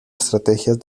estrategias